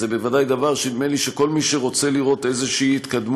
זה בוודאי דבר שנדמה לי שכל מי שרוצה לראות איזו התקדמות,